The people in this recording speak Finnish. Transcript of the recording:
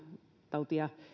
tautia